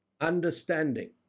understanding